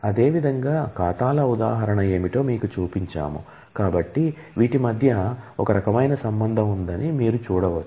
అదేవిధంగా ఖాతాల ఉదాహరణ ఏమిటో మీకు చూపించాము కాబట్టి వీటి మధ్య ఒక రకమైన సంబంధం ఉందని మీరు చూడవచ్చు